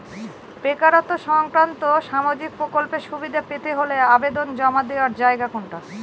বেকারত্ব সংক্রান্ত সামাজিক প্রকল্পের সুবিধে পেতে হলে আবেদন জমা দেওয়ার জায়গা কোনটা?